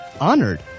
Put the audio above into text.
honored